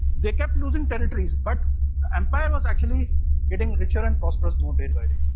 they kept losing territories but the empire was actually getting richer and prosperous more day by day